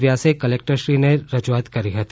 વ્યાસએ કલેક્ટરશ્રીને રજૂઆત કરી હતી